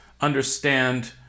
understand